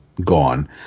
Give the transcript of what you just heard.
gone